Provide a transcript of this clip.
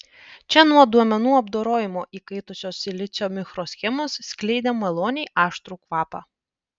čia nuo duomenų apdorojimo įkaitusios silicio mikroschemos skleidė maloniai aštrų kvapą